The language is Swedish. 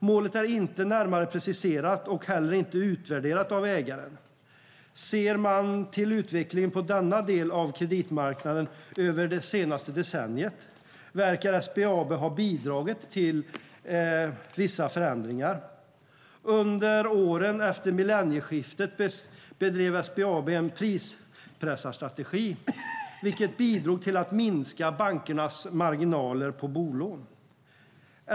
Målet är inte närmare preciserat och heller inte utvärderat av ägaren. Ser man till utvecklingen på denna del av kreditmarknaden över det senaste decenniet verkar SBAB ha bidragit till vissa förändringar. Under åren efter millennieskiftet bedrev SBAB en prispressarstrategi, vilket bidrog till att minska bankernas marginaler på bolån.